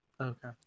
Okay